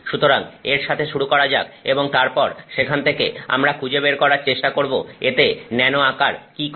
সুতরাং এর সাথে শুরু করা যাক এবং তারপর সেখান থেকে আমরা খুঁজে বের করার চেষ্টা করব এতে ন্যানো আকার কি করে